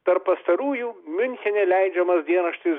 tarp pastarųjų miunchene leidžiamas dienraštis